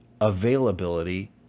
availability